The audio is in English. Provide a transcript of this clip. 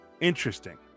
interesting